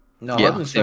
No